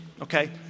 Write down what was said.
okay